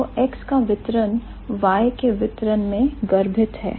तो X का वितरण Y के वितरण में गर्भित है